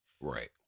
right